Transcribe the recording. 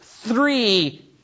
Three